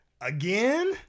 again